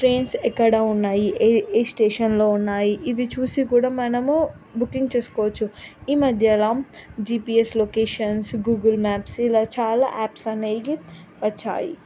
trains ఎక్కడ ఉన్నాయి ఏ ఏ స్టేషన్లో ఉన్నాయి ఇవి చూసి కూడా మనము బుకింగ్ చేసుకోవచ్చు ఈ మధ్యలో జిపిఎస్ లొకేషన్స్ గూగుల్ మ్యాప్స్ ఇలా చాలా యాప్స్ అనేవి వచ్చాయి